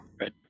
Right